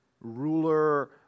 ruler